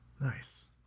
Nice